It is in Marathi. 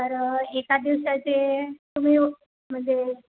तर एका दिवसाचे तुम्ही म्हणजे